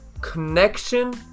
connection